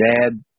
dad